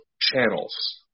channels